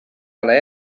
ole